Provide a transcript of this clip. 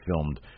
filmed